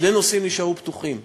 שני נושאים נשארו פתוחים.